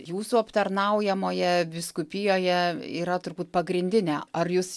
jūsų aptarnaujamoje vyskupijoje yra turbūt pagrindinė ar jus